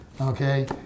Okay